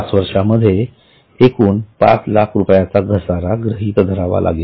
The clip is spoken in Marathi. पाच वर्षांमध्ये एकूण पाच लाख रुपयाचा घसारा गृहीत धरावा लागेल